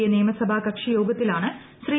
A നിയമസഭാ കക്ഷിയോഗത്തിലാണ് ശ്രീ